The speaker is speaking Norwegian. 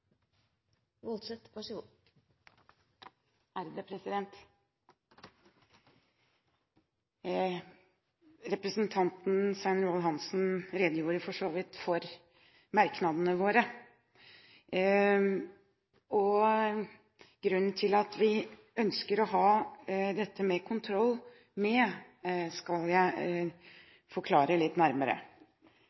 redegjorde for så vidt for merknadene våre. Grunnen til at vi ønsker å ha dette med kontroll med, skal jeg forklare litt nærmere.